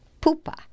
Pupa